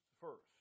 first